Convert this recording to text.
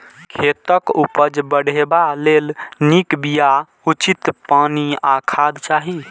खेतक उपज बढ़ेबा लेल नीक बिया, उचित पानि आ खाद चाही